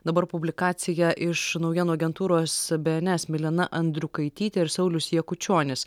dabar publikacija iš naujienų agentūros bė en es milena andriukaitytė ir saulius jakučionis